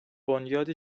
بنیاد